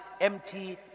empty